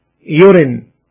urine